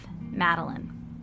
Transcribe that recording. Madeline